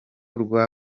rw’aba